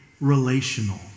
relational